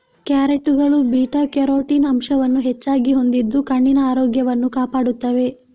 ಕ್ಯಾರೆಟುಗಳು beta carotene ಅಂಶವನ್ನು ಹೆಚ್ಚಾಗಿ ಹೊಂದಿದ್ದು ಕಣ್ಣಿನ ಆರೋಗ್ಯವನ್ನು ಕಾಪಾಡುತ್ತವೆ